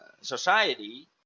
society